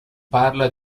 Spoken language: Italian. parla